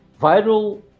viral